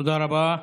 תודה רבה.